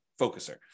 focuser